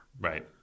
Right